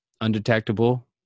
undetectable